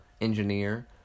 engineer